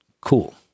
Cool